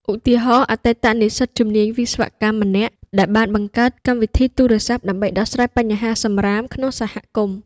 ឧទាហរណ៍ អតីតនិស្សិតជំនាញវិស្វកម្មម្នាក់ដែលបានបង្កើតកម្មវិធីទូរស័ព្ទដើម្បីដោះស្រាយបញ្ហាសំរាមក្នុងសហគមន៍។